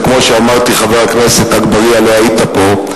וכמו שאמרתי, חבר הכנסת אגבאריה, לא היית פה,